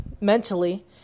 mentally